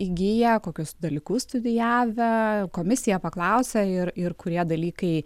įgiję kokius dalykus studijavę komisija paklausia ir ir kurie dalykai